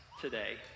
today